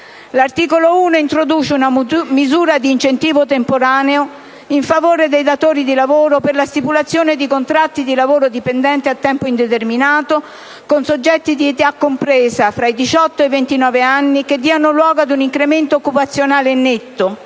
L'articolo 1 introduce una misura di incentivo temporaneo, in favore dei datori di lavoro, per la stipulazione di contratti di lavoro dipendente a tempo indeterminato, con soggetti di età compresa tra i diciotto ed i ventinove anni, che diano luogo ad un incremento occupazionale netto,